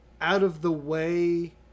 out-of-the-way